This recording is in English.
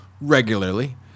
regularly